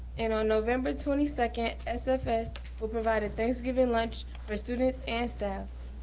and on november twenty second, sfs will provide a thanksgiving lunch for students and staff.